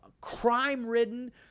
crime-ridden